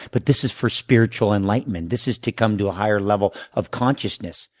but this is for spiritual enlightenment. this is to come to a higher level of consciousness,